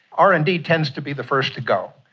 r and d tends to be the first to go.